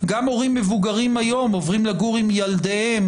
גם הורים מבוגרים היום עוברים לגור עם ילדיהם